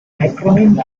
acronym